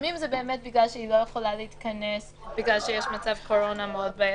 לפעמים זה כי היא לא יכולה להתכנס כי יש מצב קורונה בעייתי,